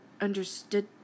understood